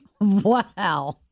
wow